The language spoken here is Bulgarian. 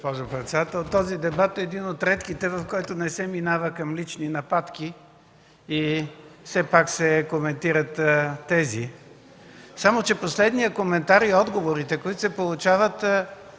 госпожо председател. Този дебат е един от редките, в който не се минава към лични нападки и все пак се коментират тéзи. Само че последният коментар и отговорите, които се получават,